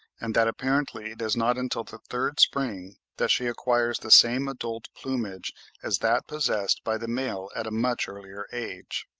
and that apparently it is not until the third spring that she acquires the same adult plumage as that possessed by the male at a much earlier age.